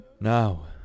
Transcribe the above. Now